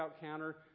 counter